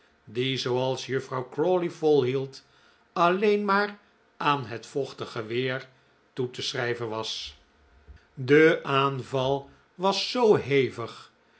die zooals juffrouw crawley volhield alleen maar aan het vochtige weer toe te schrijven was de aanval was zoo hevig